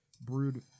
brewed